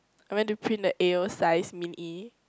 I went to print like a_o size Min Ee